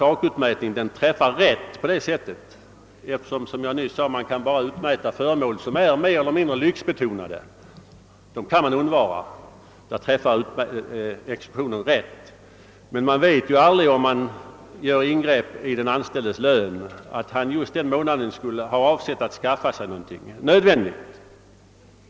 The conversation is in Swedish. Sakutmätning träffar på det sättet rätt, eftersom — som jag nyss sade — bara föremål som är mer eller mindre lyxbetonade och som kan undvaras kan utmätas. Därest ett ingrepp görs i den anställdes lön vet man aldrig, om han just den månaden avsåg att skaffa sig någonting nödvändigt.